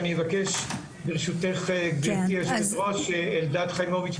אני אבקש ברשותך גבירתי היושבת-ראש שאלדד חיימוביץ',